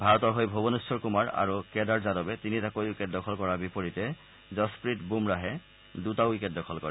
ভাৰতৰ হৈ ভুৱনেখৰ কুমাৰ আৰু কেডাৰ যাদৱে তিনিটাকৈ উইকেট দখল কৰাৰ বিপৰীতে যশপ্ৰীট বুমৰাহে দুটা উইকেট দখল কৰে